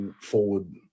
forward